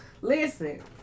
Listen